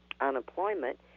unemployment